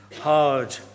hard